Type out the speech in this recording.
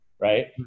Right